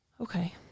Okay